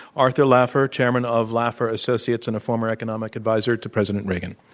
arthur laffer, chairman of laffer associates and a former economic advisor to president reagan.